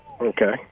Okay